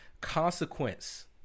Consequence